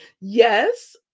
Yes